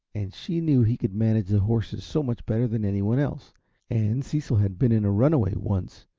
and she knew he could manage the horses so much better than anyone else and cecil had been in a runaway once,